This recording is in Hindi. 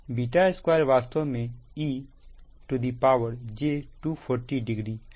β2 वास्तव में ej240 डिग्री है